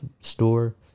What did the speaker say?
Store